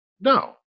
No